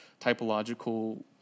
typological